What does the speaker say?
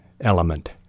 element